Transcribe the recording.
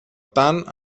tant